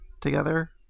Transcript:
together